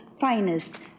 finest